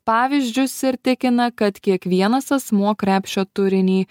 pavyzdžius ir tikina kad kiekvienas asmuo krepšio turinį